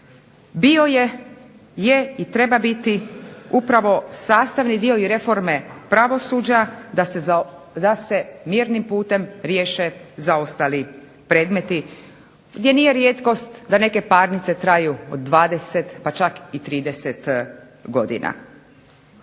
je, je i treba biti upravo sastavni dio i reforme pravosuđa da se mirnim putem riješe zaostali predmeti, gdje nije rijetkost da neke parnice traju od 20 pa čak i 30 godina.